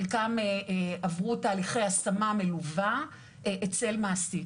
חלקם עברו תהליכי השמה מלווה אצל מעסיק.